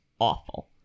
awful